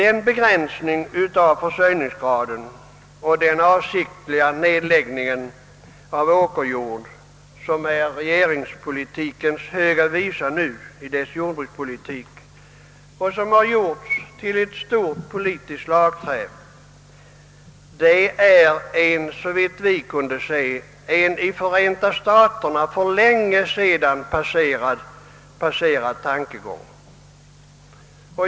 En begränsning av försörjningsgraden och en avsiktlig nedläggning av åkerjord, som nu är den höga visan i regeringspartiets jordbrukspolitik och som har gjorts till ett stort politiskt slagträ, är, såvitt vi kunde finna, i Förenta staterna en för länge sedan passerad tankegång.